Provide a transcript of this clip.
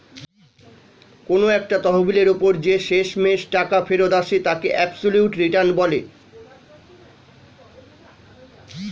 কোন একটা তহবিলের ওপর যে শেষমেষ টাকা ফেরত আসে তাকে অ্যাবসলিউট রিটার্ন বলে